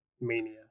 Mania